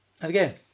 Again